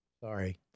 Sorry